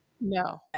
no